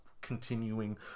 continuing